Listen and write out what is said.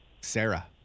Sarah